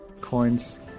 coins